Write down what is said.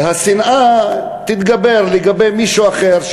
והשנאה תתגבר לגבי מישהו אחר.